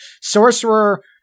Sorcerer